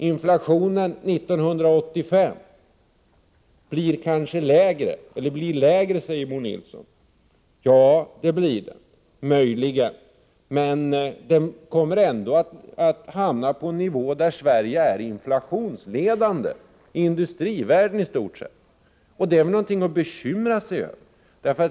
Inflationen 1985 blir lägre, säger Bo Nilsson. Ja, det kan den möjligen bli, men vi kommer ändå att hamna på en nivå där Sverige är inflationsledande i stort sett i hela industrivärlden. Det är väl något att bekymra sig över.